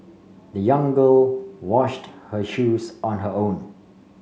the young girl washed her shoes on her own